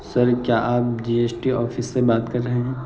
سر کیا آپ G S T office سے بات کر رہے ہیں